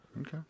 Okay